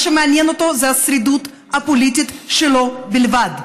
מה שמעניין אותו זה השרידות הפוליטית שלו בלבד.